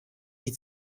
die